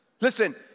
listen